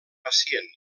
pacient